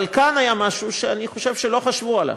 אבל כאן היה משהו שאני חושב שלא חשבו עליו.